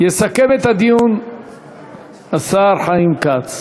יסכם את הדיון השר חיים כץ.